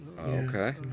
okay